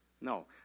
No